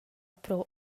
pro